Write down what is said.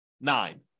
nine